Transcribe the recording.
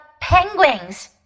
penguins